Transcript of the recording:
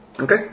okay